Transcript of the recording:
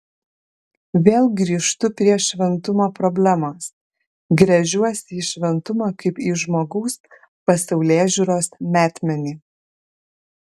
vėl grįžtu prie šventumo problemos gręžiuosi į šventumą kaip į žmogaus pasaulėžiūros metmenį